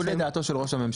בניגוד לדעתו של ראש הממשלה.